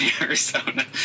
Arizona